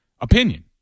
opinion